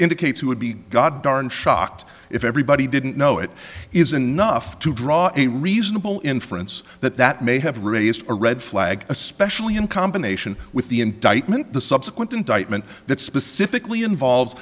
indicates who would be god darn shocked if everybody didn't know it is enough to draw a reasonable inference that that may have raised a red flag especially in combination with the indictment the subsequent indictment that specifically involve